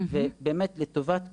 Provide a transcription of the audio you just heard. באמת לטובת כולם,